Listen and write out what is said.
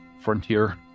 frontier